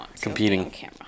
competing